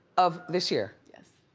of this year? yes.